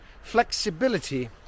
flexibility